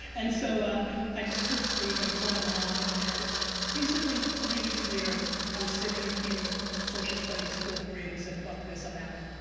and so ah i just couldn't sleep and i told my mom, and basically three weeks later i was sitting in social studies fourth grade and said fuck this, i'm out.